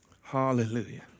Hallelujah